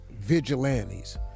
vigilantes